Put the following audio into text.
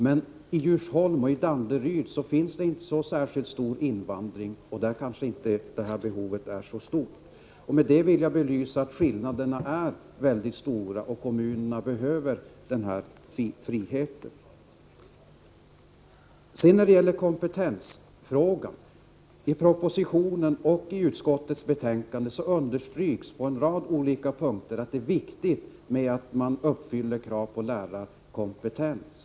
Men i Djursholm och Danderyd finns det inte så särskilt stor invandring, och där kanske inte det här behovet är så stort. Med det vill jag säga att skillnaderna mellan kommunerna är mycket stora. Kommunerna behöver därför den här friheten. När det gäller kompetensfrågan vill jag säga att det på en rad punkter i propositionen och i utskottets betänkande understryks att det är viktigt att man uppfyller krav på lärarkompetens.